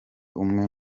umwe